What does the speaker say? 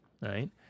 right